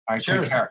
Cheers